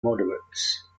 moderates